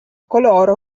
coloro